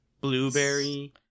Blueberry